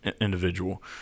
individual